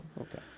okay